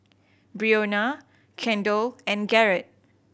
Breonna Kendell and Garett